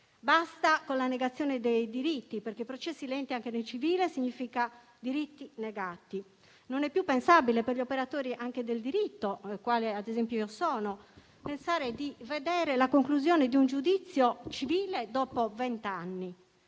Basta con la negazione dei diritti, perché processi lenti anche nel civile significano diritti negati. Non è più pensabile per gli operatori del diritto, quale io stessa sono, pensare di vedere la conclusione di un giudizio civile dopo vent'anni,